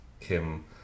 Kim